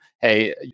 hey